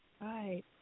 Right